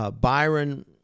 Byron